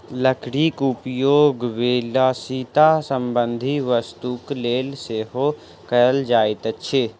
लकड़ीक उपयोग विलासिता संबंधी वस्तुक लेल सेहो कयल जाइत अछि